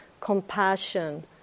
compassion